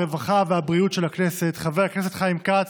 הרווחה והבריאות של הכנסת חבר הכנסת חיים כץ,